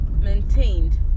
maintained